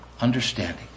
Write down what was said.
understanding